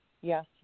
Yes